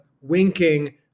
winking